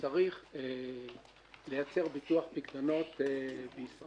שצריך לייצר ביטוח פיקדונות בישראל.